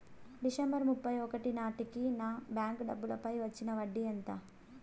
December ముప్పై ఒకటి నాటేకి నా బ్యాంకు డబ్బుల పై వచ్చిన వడ్డీ ఎంత?